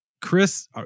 chris